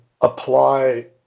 apply